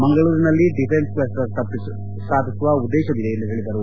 ಮಂಗಳೂರಿನಲ್ಲಿ defence cluster ಸ್ಥಾಪಿಸುವ ಉದ್ದೇಶವಿದೆ ಎಂದು ಹೇಳಿದರು